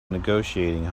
negotiating